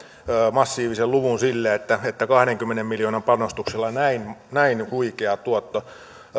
massiivisen luvun että että kahdenkymmenen miljoonan panostuksella tulee näin huikea tuotto